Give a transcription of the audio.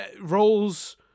roles